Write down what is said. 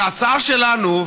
ההצעה שלנו,